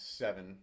seven